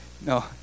No